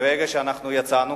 מרגע שאנחנו יצאנו,